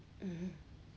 mmhmm